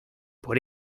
por